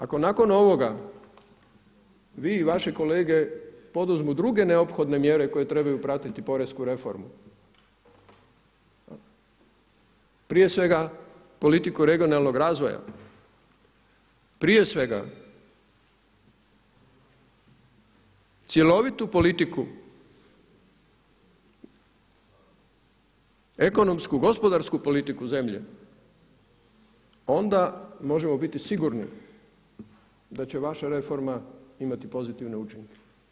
I zadnja stvar, ako nakon ovoga vi i vaši kolege poduzmu druge neophodne mjere koje trebaju pratiti poreznu reformu, prije svega politiku regionalnog razvoja, prije svega cjelovitu politiku, ekonomsku, gospodarsku politiku zemlje, onda možemo biti sigurni da će vaša reforma imati pozitivne učinke.